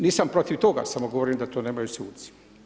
Nisam protiv toga samo govorim da to nemaju suci.